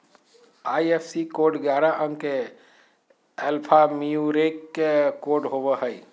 IFSC code ग्यारह अंक के एल्फान्यूमेरिक कोड होवो हय